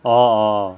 orh